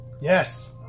Yes